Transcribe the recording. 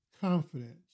confidence